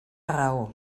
raó